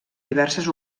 diverses